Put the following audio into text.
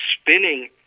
spinning